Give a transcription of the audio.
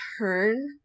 turn